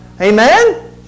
Amen